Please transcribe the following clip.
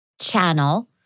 channel